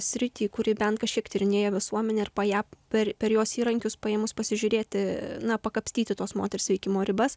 sritį kuri bent kažkiek tyrinėja visuomenę ir po ją per per jos įrankius paėmus pasižiūrėti na pakapstyti tos moters veikimo ribas